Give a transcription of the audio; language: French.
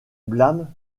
blâme